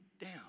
down